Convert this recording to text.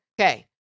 Okay